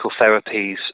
therapies